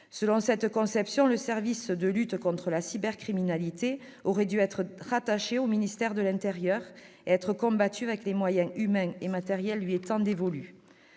Selon cette conception, le service de lutte contre la cybercriminalité aurait dû être rattaché au ministère de l'intérieur. La cybercriminalité aurait dû être combattue avec les moyens humains et matériels lui étant dévolus.